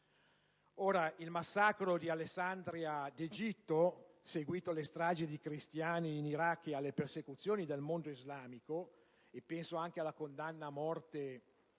Ora, il massacro di Alessandria d'Egitto, seguito alle stragi di cristiani in Iraq e alle persecuzioni nel mondo islamico (e penso alla condanna a morte per «blasfemia»